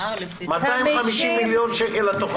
250 מיליון שקלים התוכנית.